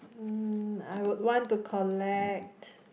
mm I would want to collect